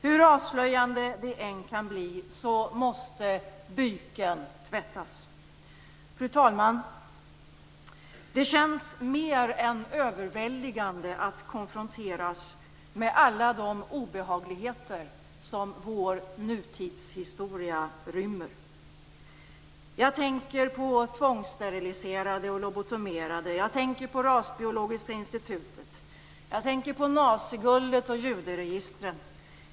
Hur avslöjande det än kan bli måste byken tvättas. Fru talman! Det känns mer än överväldigande att konfronteras med alla de obehagligheter som vår nutidshistoria rymmer. Jag tänker på tvångssteriliserade och lobotomerade. Jag tänker på rasbiologiska institutet. Jag tänker på naziguldet och juderegistren.